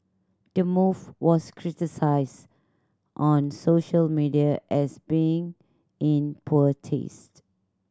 the move was criticised on social media as being in poor taste